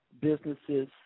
businesses